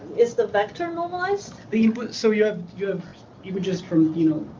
is the vector normalized? the input so you have you have images from, you